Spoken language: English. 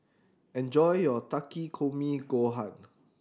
enjoy your Takikomi Gohan